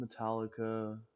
Metallica